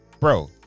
bro